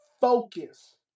focus